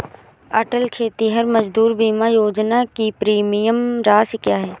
अटल खेतिहर मजदूर बीमा योजना की प्रीमियम राशि क्या है?